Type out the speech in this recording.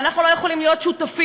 ואנחנו לא יכולים להיות שותפים.